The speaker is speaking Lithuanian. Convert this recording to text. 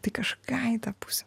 tai kažką į tą pusę